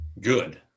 Good